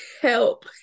help